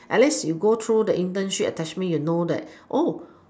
at least you go through the internship attachment you know that